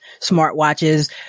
smartwatches